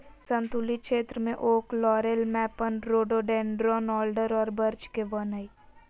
सन्तुलित क्षेत्र में oak, laurel, maple, rhododendron, alder और बर्च के वन हइ